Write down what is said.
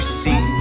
see